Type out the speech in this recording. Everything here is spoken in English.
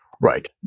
right